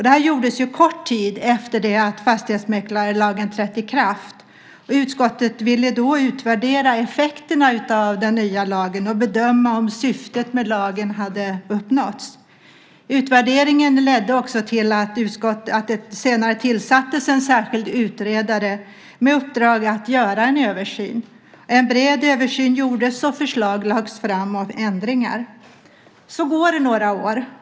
Det här gjordes kort tid efter det att fastighetsmäklarlagen trätt i kraft. Utskottet ville då utvärdera effekterna av den nya lagen och bedöma om syftet med lagen hade uppnåtts. Utvärderingen ledde också till att det senare tillsattes en särskild utredare med uppdrag att göra en översyn. En bred översyn gjordes och förslag om ändringar lades fram. Så gick det några år.